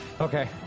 Okay